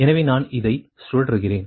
எனவே நான் இதை சுழற்றுகிறேன்